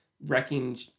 Wrecking